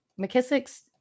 McKissick's